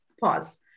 pause